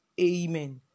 Amen